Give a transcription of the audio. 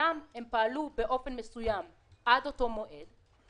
שאומנם הן פעלו באופן מסוים עד לאותו מועד.